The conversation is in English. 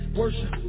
worship